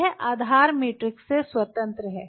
यह आधार मैट्रिक्स से स्वतंत्र है